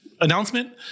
announcement